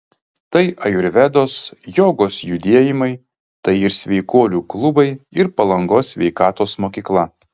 tai ajurvedos jogos judėjimai tai ir sveikuolių klubai ir palangos sveikatos mokykla